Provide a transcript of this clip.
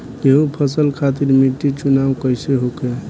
गेंहू फसल खातिर मिट्टी चुनाव कईसे होखे?